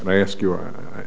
very obscure